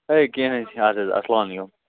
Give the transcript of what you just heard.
ہے کیٚنٛہہ نہٕ حظ چھنہٕ ادٕ حظ السلامُ علیکُم